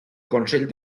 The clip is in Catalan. consell